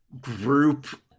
group